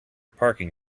parking